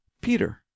Peter